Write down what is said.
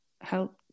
help